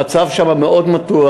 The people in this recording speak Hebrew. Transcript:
המצב שמה מאוד מתוח.